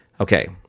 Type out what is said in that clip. Okay